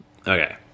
Okay